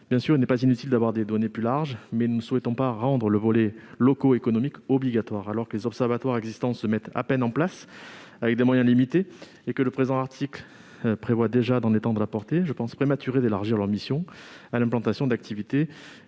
Bien sûr, il n'est pas inutile d'avoir des données plus importantes, mais nous ne souhaitons pas rendre l'inventaire des locaux économiques obligatoire. Alors que les observatoires existants se mettent tout juste en place, avec des moyens limités, et que le présent article prévoit déjà d'en étendre la portée, il me paraît prématuré d'élargir leurs missions à l'implantation d'activités